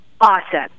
awesome